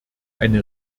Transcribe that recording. eine